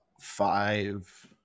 five